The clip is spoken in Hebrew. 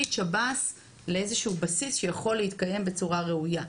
את שב"ס לבסיס שיכול להתקיים בצורה ראויה.